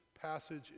passage